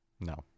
No